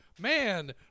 Man